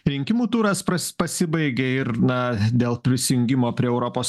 rinkimų turas pras pasibaigė ir na dėl prisijungimo prie europos